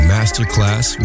Masterclass